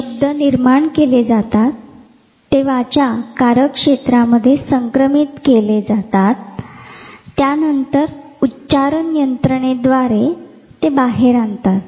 इथे शब्द निर्माण केले जातात ते वाचा कारक क्षेत्रामध्ये संक्रमित केले जातात त्यानंतर उच्चारण यंत्रणेद्वारे ते बाहेर आणता